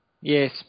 Yes